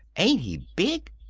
ain't he big!